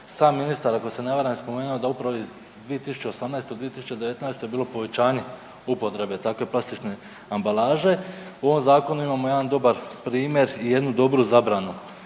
Sam ministar, ako se ne varam je spomenuo da upravo iz 2018., 2019. bilo povećanje upotrebe takve plastične ambalaže. U ovom Zakonu imamo jedan dobar primjer i jednu dobru zabranu